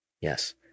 Yes